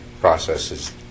processes